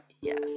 yes